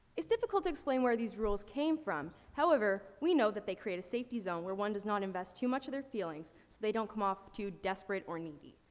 it's difficult to explain where these rules came from. however we know that they create a safety zone where one does not invest too much of their feelings, so they don't come off too desperate or needy.